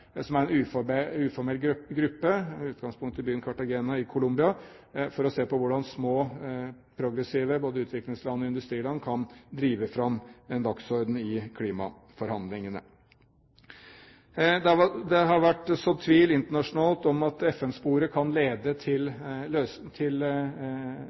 som er en uformell gruppe med utgangspunkt i byen Cartagena i Colombia, for å se på hvordan små, progressive land, både utviklingsland og industriland, kan drive fram en dagsorden i klimaforhandlingene. Det har vært sådd tvil internasjonalt om FN-sporet kan lede